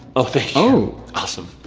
oh thank you, awesome.